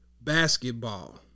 basketball